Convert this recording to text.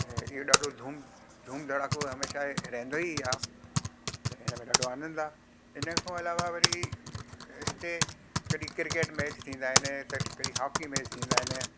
त इहो ॾाढो धूम धूम धड़ाको हमेशह इहे रहंदो ई आहे त हिन में ॾाढो आनंद आहे हिन खों अलावा वरी हिते कॾी क्रिकेट मैच थींदा आहिनि कॾहिं हॉकी मैच थींदा आहिनि